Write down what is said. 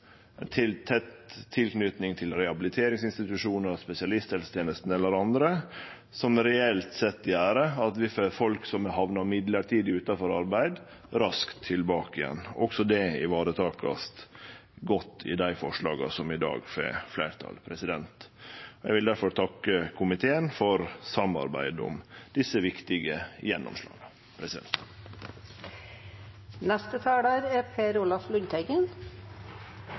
tett tilknyting til rehabiliteringsinstitusjonar, spesialisthelsetenesta eller andre, noko som reelt sett gjer at vi får folk som hamnar mellombels utanfor arbeid, raskt tilbake igjen. Også det vert godt vareteke i dei forslaga som i dag får fleirtal. Eg vil difor takke komiteen for samarbeid om desse viktige